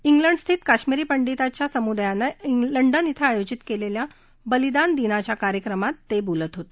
इंग्लडस्थित काश्मिरी पंडीतांच्या समुदायानं लंडन इथं आयोजित केलेल्या बलिदान दिनाच्या कार्यक्रमात ते बोलत होते